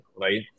right